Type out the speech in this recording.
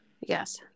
Yes